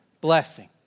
blessing